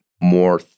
more